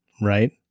Right